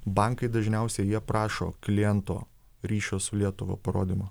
bankai dažniausiai jie prašo kliento ryšio su lietuva parodymų